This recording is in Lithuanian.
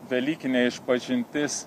velykinė išpažintis